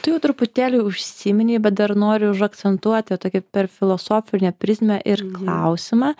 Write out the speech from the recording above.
tu jau truputėlį užsiminei bet dar noriu užakcentuoti tokį per filosofinę prizmę ir klausimą